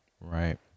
right